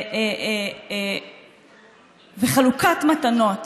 וחלוקת מתנות